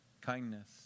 kindness